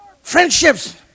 Friendships